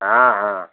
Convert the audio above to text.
हाँ हाँ